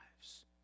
lives